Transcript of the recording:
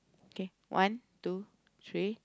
okay one two three